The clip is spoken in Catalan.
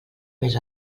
més